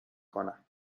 کنم